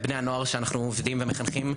בני הנוער שאנחנו עובדים ומחנכים,